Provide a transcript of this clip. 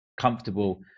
comfortable